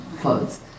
clothes